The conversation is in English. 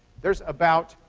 there's about,